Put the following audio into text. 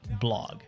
blog